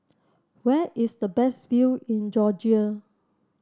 where is the best view in Georgia